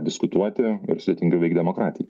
diskutuoti ir sudėtingiau veikt demokratijai